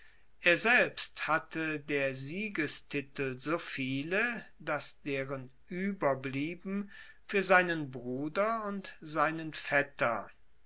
er selbst hatte der siegestitel so viele dass deren ueberblieben fuer seinen bruder und seinen vetter